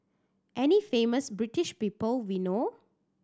any famous British people we know